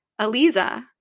Aliza